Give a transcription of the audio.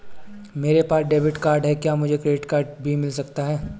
मेरे पास debit card है क्या मुझे क्रेडिट कार्ड भी मिल सकता है?